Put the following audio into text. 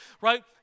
right